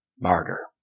Martyr